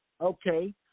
Okay